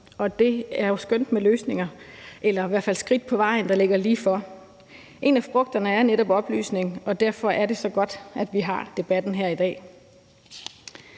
Det er jo skønt med løsninger eller i hvert fald skridt på vejen, der er ligetil at gå til. En af frugterne er netop oplysning, og derfor er det så godt, at vi har debatten her i dag.